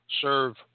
serve